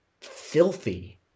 filthy